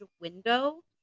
window